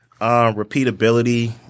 Repeatability